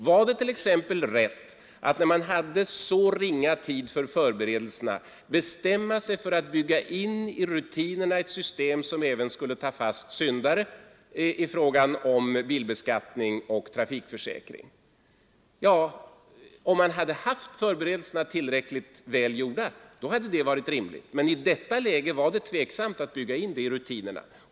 Var det t.ex. rätt, när man hade så ringa tid för förberedelserna, att bestämma sig för att bygga in i rutinerna ett system som även skulle ta fast syndare i fråga om bilbeskattning och trafikförsäkring? Ja, om man hade haft förberedelserna tillräckligt väl gjorda, hade det varit rimligt, men i detta läge var det tveksamt att bygga in det i rutinerna.